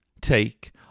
take